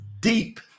deep